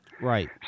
Right